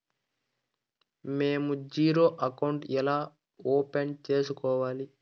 మేము zero account ఎలా open సేసుకోవాలి